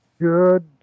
good